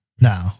No